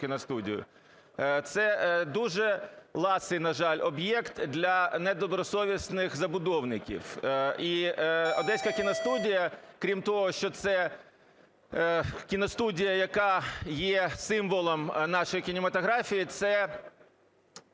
це дуже ласий, на жаль, об'єкт для недобросовісних забудовників. І Одеська кіностудія, крім того, що це кіностудія, яка є символом нашої кінематографії, це